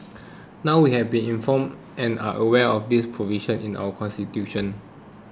now we have been informed and are aware of this provision in our constitution